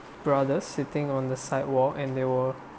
brothers sitting on the sidewalk and they were